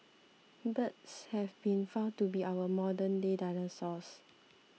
birds have been found to be our modernday dinosaurs